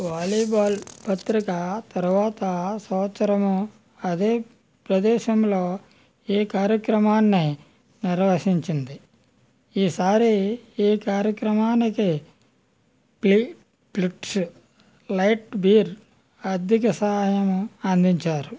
volleyball పత్రిక తర్వాత సంవత్సరం అదే ప్రదేశంలో ఈ కార్యక్రమాన్ని నిర్వహించింది ఈసారి ఈ కార్యక్రమానికి ష్లిట్జ్ లైట్ బీర్ ఆర్ధిక సహాయం అందించారు